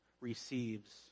receives